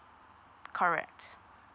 correct